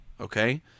Okay